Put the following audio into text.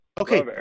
Okay